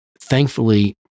thankfully